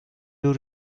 you